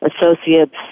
associates